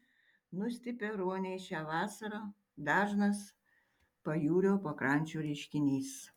nustipę ruoniai šią vasarą dažnas pajūrio pakrančių reiškinys